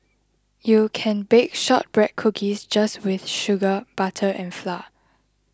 you can bake Shortbread Cookies just with sugar butter and flour